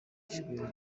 icyubahiro